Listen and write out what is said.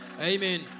Amen